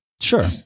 Sure